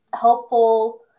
helpful